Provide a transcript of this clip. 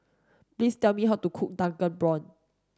please tell me how to cook drunken prawns